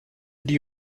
die